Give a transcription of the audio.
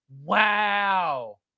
Wow